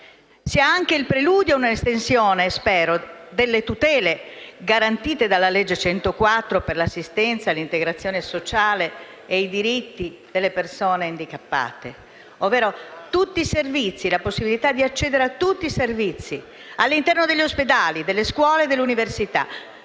sia anche il preludio di un'estensione delle tutele garantite dalla legge n. 104 per l'assistenza, l'integrazione sociale e i diritti delle persone handicappate, ovvero la possibilità di accedere a tutti i servizi all'interno degli ospedali, delle scuole e delle università.